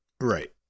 Right